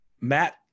Matt